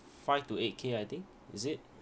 five to eight k I think is it